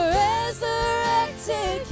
resurrected